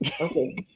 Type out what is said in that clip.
okay